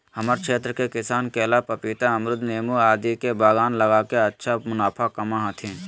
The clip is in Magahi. हमरा क्षेत्र के किसान केला, पपीता, अमरूद नींबू आदि के बागान लगा के अच्छा मुनाफा कमा हथीन